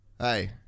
Hey